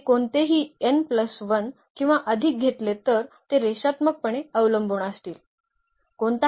आम्ही कोणतेही किंवा अधिक घेतले तर ते रेषात्मकपणे अवलंबून असतील